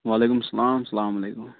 وعلیکُم سلام سلام علیکُم